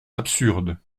absurde